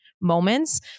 moments